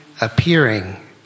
appearing